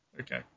Okay